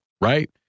right